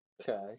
Okay